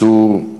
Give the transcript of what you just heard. צור,